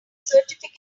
certificate